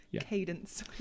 cadence